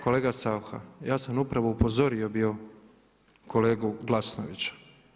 Kolega Saucha ja sam upravo upozorio bio kolega Glasnovića.